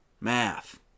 Math